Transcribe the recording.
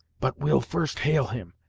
but we'll first hail him,